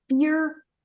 fear